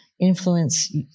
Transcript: influence